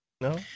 No